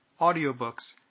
audiobooks